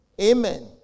Amen